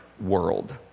world